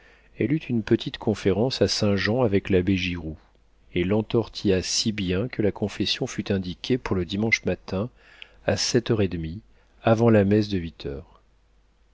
elle eut une petite conférence à saint-jean avec l'abbé giroud et l'entortilla si bien que la confession fut indiquée pour le dimanche matin à sept heures et demie avant la messe de huit heures